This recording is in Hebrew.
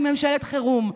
בממשלת חירום.